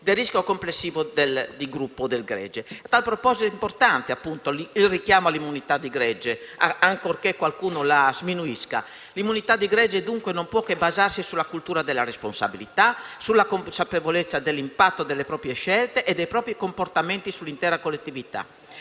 del rischio complessivo di gruppo o del gregge. A tal proposito, è importante il richiamo all'immunità di gregge, ancorché qualcuno la sminuisca. L'immunità di gregge, dunque, non può che basarsi sulla cultura della responsabilità, sulla consapevolezza dell'impatto delle proprie scelte e dei propri comportamenti sull'intera collettività.